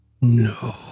no